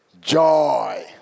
joy